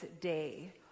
day